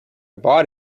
bought